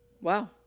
Wow